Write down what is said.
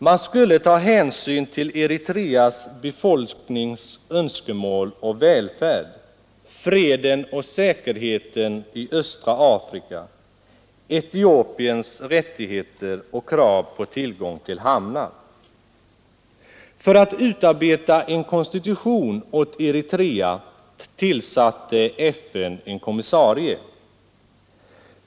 Man skulle ta hänsyn till Eritreas befolknings önskemål och välfärd, freden och säkerheten i östra Afrika, Etiopiens rättigheter och krav på tillgång till hamnar. För att utarbeta en konstitution åt Eritrea tillsatte FN en kommissarie.